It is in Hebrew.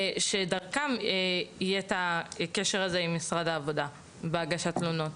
שדרכו אפשר יהיה להיות קשר למשרד העבודה לשם הגשת התלונות.